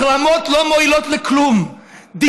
אל תחרים, אבל אל תיפגש.